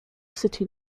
city